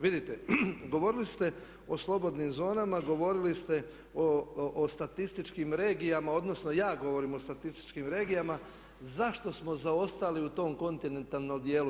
Vidite, govorili ste o slobodnim zonama, govorili ste o statističkim regijama, odnosno ja govorim o statističkim regijama zašto smo zaostali u tom kontinentalnom dijelu?